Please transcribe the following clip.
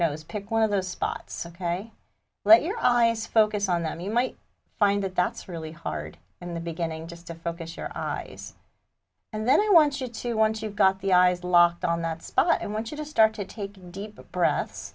nose pick one of those spots ok let your eyes focus on them you might find that that's really hard in the beginning just to focus your eyes and then i want you to once you've got the eyes locked on that spot and what you just started taking deep breath